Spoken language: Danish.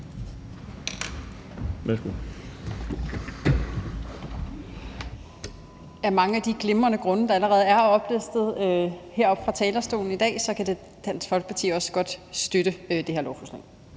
at det skulle